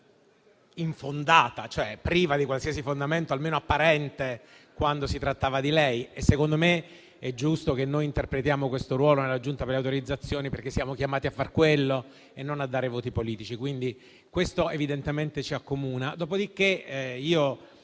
infondata, cioè priva di qualsiasi fondamento almeno apparente quando si trattava di lei. Secondo me, è giusto che noi interpretiamo questo ruolo nella Giunta per le elezioni e le immunità parlamentari, perché siamo chiamati a far quello e non a dare voti politici. Quindi questo, evidentemente, ci accomuna. Torno